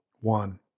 One